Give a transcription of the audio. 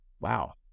wow